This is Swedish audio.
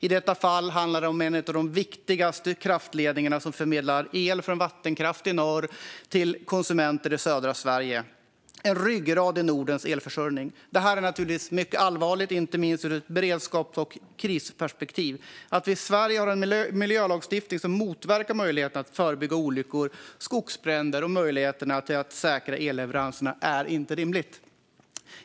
I detta fall handlade det om en av de viktigaste kraftledningarna, som förmedlar el från vattenkraft i norr till konsumenter i södra Sverige - en ryggrad i Nordens elförsörjning. Detta är naturligtvis mycket allvarligt, inte minst ur ett beredskaps och krisperspektiv. Att vi i Sverige har en miljölagstiftning som motverkar möjligheten att förebygga olyckor och skogsbränder samt möjligheterna att säkra elleveranserna är inte rimligt.